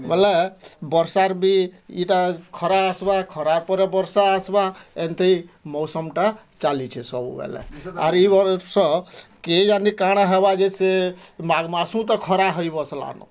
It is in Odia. ବୋଲେ ବର୍ଷାର ବି ଇଟା ଖରା ଆସ୍ବା ଖରା ପରେ ବର୍ଷା ଆସ୍ବା ଏମ୍ତି ମୌସମ୍ଟା ଚାଲିଛେ ସବୁ ବେଲେ ଆରି ଇ ବର୍ଷ କେ ଜାନେ କାଣା ହେବା ଯେ ସେ ମାର୍ସୁଁ ତ ଖରା ହୋଇ ବସଲାନ